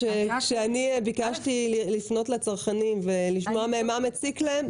כשאני ביקשתי לפנות לצרכנים ולשמוע מהם מה מציק להם,